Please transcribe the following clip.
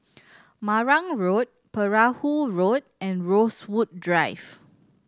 Marang Road Perahu Road and Rosewood Drive